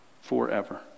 forever